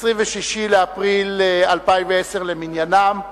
26 באפריל 2010 למניינם,